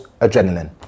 adrenaline